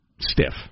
stiff